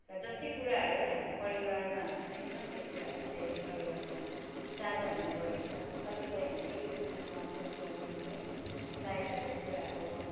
र जति कुराहरू है हाम्रो परिवारमा है छ त्यो कुराहरू चाहिँ है परिवारमा साझा हुने गर्दछ कतिपय हामीले एक दुसरामा दिनुपर्ने है सहायताको कुराहरू